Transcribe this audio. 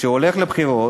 כשהוא הולך לבחירות,